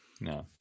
No